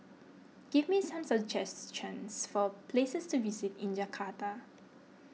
give me some suggestions for places to visit in Jakarta